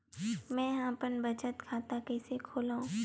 मेंहा अपन बचत खाता कइसे खोलव?